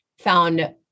found